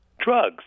drugs